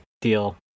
deal